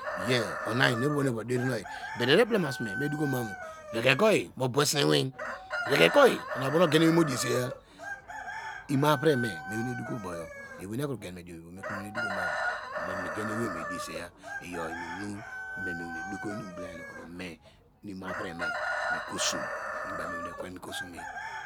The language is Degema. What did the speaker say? Ye ona eni eyan obonu but enu eblema sume me doko mamu veke oyi mubow sine iwin veke oyi ona bow nu ogen ewei mudreseya imo avreme mewene doko uboyo do ewei nu ekro yen me diom ivom mekro wena dokomamu meme gen ewei mediesaya iyor inunu me mawane doko inum nu igbolma hini nume mu imovre me mu ikosom me wane kwe mu ikosome